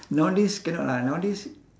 nowadays cannot lah nowadays